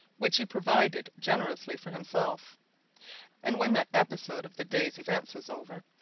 which he provided generously for himself and when that episode of the day's events was over,